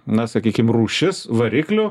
na sakykim rūšis variklių